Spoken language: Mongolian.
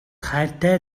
хайртай